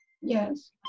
Yes